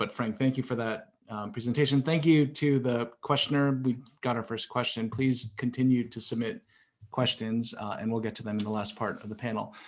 but frank, thank you for that presentation. thank you to the questioner, we got our first question. please continue to submit questions and we'll get to them in the last part of the panel.